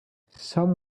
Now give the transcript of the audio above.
some